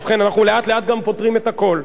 ובכן, אנחנו לאט-לאט פותרים את הכול.